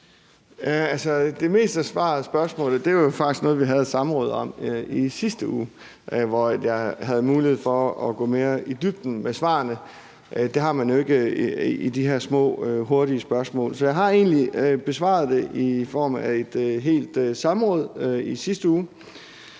det meste af svaret på spørgsmålet er jo faktisk noget, vi havde et samråd om i sidste uge, hvor jeg havde mulighed for at gå mere i dybden med svarene. Det har man jo ikke i de her små, hurtige spørgsmål. Så jeg har egentlig besvaret det i form af et helt samråd i sidste uge.